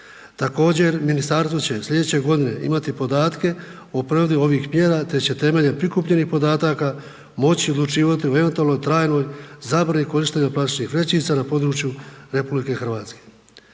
Također, ministarstvo će sljedeće godine imati podatke o provedbi ovih mjera te će temeljem prikupljenih podataka moći odlučivati o eventualno trajnoj zabrani korištenja plastičnih vrećica na području RH.